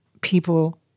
people